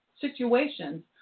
situations